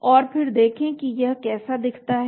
और फिर देखें कि यह कैसा दिखता है